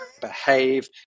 behave